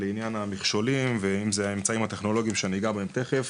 לעניין המכשולים ואם זה האמצעים הטכנולוגיים שאני אגע בהם תיכף